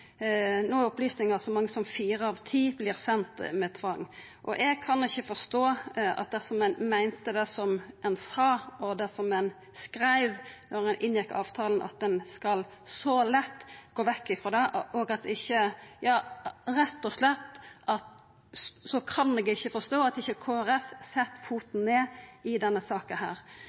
No opplyser ein at så mange som fire av ti vert sende med tvang. Eg kan ikkje forstå, dersom ein meinte det ein sa og det ein skreiv da ein inngjekk avtalen, at ein så lett skal gå vekk frå det. Eg kan rett og slett ikkje forstå at ikkje Kristeleg Folkeparti set foten ned i denne saka.